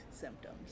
symptoms